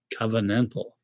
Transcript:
covenantal